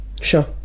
Sure